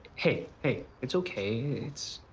hey, hey, it's okay. it's.